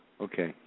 Okay